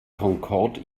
concorde